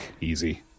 Easy